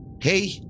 hey